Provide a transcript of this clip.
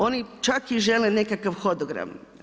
Oni čak i žele nekakav hodogram.